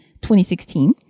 2016